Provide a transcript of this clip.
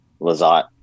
Lazat